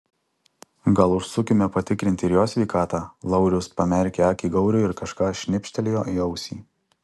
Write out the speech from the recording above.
gal užsukime patikrinti ir jo sveikatą laurius pamerkė akį gauriui ir kažką šnibžtelėjo į ausį